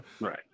right